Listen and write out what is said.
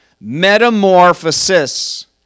metamorphosis